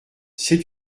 sais